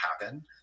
happen